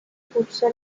impulsó